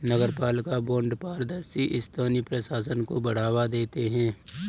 नगरपालिका बॉन्ड पारदर्शी स्थानीय प्रशासन को बढ़ावा देते हैं